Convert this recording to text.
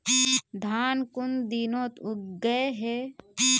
धान कुन दिनोत उगैहे